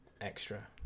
extra